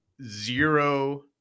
zero